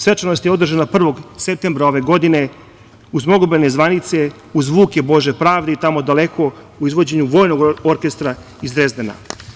Svečanost je održana 1. septembra ove godine uz mnogobrojne zvanice, uz zvuke Bože pravde i Tamo daleko u izvođenju vojnog orkestra iz Drezdena.